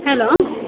hello